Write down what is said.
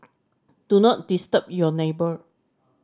do not disturb your neighbour